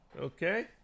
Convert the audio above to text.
Okay